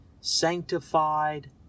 sanctified